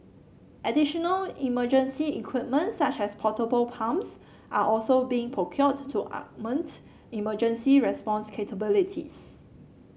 additional emergency equipment such as portable pumps are also being procured to augment emergency response capabilities